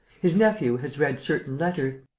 his nephew has read certain letters.